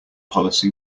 policy